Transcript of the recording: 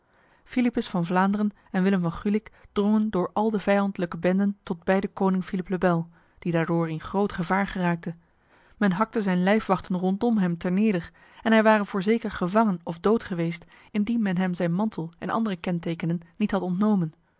philippus van vlaanderen en willem van gulik drongen door al de vijandlijke benden tot bij de koning philippe le bel die daardoor in groot gevaar geraakte men hakte zijn lijfwachten rondom hem ter neder en hij ware voorzeker gevangen of dood geweest indien men hem zijn mantel en andere kentekenen niet had ontnomen